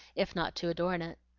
if not to adorn it.